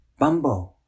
Bumbo